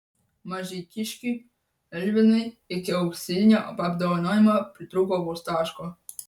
mažeikiškiui elvinui iki auksinio apdovanojimo pritrūko vos taško